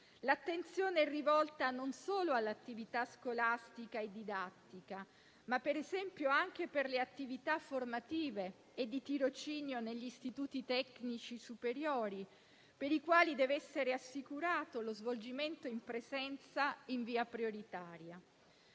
L'attenzione è rivolta non solo all'attività scolastica e didattica, ma per esempio anche alle attività formative e di tirocinio negli istituti tecnici superiori, per i quali deve essere assicurato lo svolgimento in presenza in via prioritaria.